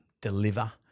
deliver